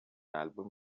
album